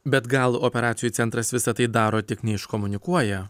bet gal operacijų centras visą tai daro tik ne iš komunikuoja